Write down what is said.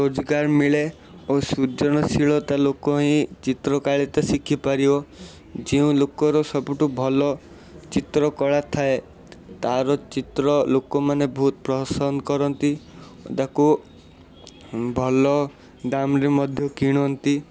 ରୋଜଗାର ମିଳେ ଓ ସୃଜନଶୀଳତା ଲୋକ ହିଁ ଚିତ୍ରକାଳି ତ ଶିଖିପାରିବ ଯେଉଁଲୋକର ସବୁଠୁ ଭଲ ଚିତ୍ରକଳା ଥାଏ ତାରା ଚିତ୍ର ଲୋକମାନେ ବହୁତ ପ୍ରହସନ କରନ୍ତି ତାକୁ ଭଲ ଦାମ୍ରେ ମଧ କିଣନ୍ତି